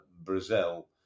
Brazil